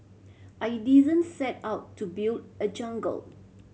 I didn't set out to build a jungle